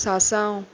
सासांव